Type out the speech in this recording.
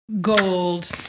gold